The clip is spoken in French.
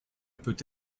peut